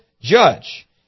judge